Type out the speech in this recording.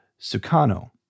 Sukano